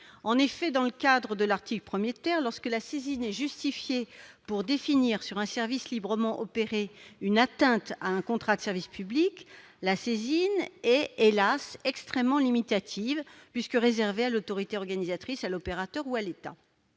l'ARAFER. Dans le cadre de l'article 1 , lorsque la saisine est justifiée pour définir, sur un service librement opéré, une atteinte à un contrat de service public, la saisine est, hélas, extrêmement limitative, puisque réservée à l'autorité organisatrice, à l'opérateur ou à l'État.,